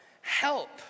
Help